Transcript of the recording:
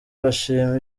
bashima